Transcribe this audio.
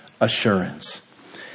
assurance